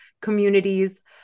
communities